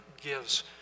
gives